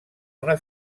una